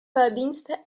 verdienste